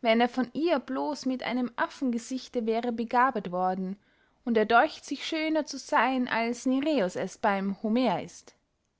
wenn er von ihr blos mit einem affengesichte wäre begabet worden und er deucht sich schöner zu seyn als nireus es beym homer ist